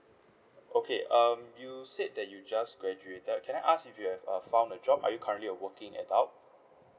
okay um you said that you just graduated can I ask if you have uh found a job are you currently a working adult